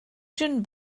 gin